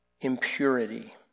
impurity